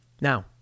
Now